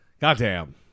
Goddamn